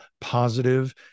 positive